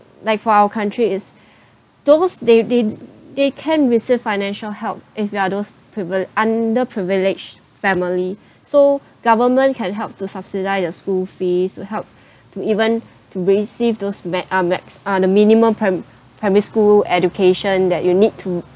like for our country is those they they they can receive financial help if you are those privil~ under privilege family so government can help to subsidise your school fees will help to even to receive those max uh max uh the minimum prim~ primary school education that you need to